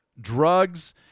drugs